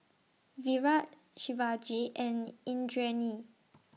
Virat Shivaji and Indranee